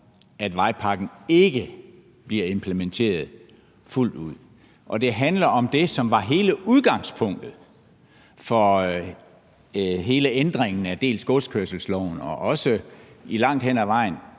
at vejpakken ikke bliver implementeret fuldt ud, og det hele handler dels om det, som var udgangspunktet for hele ændringen af godskørselsloven, dels om det, som også langt hen ad vejen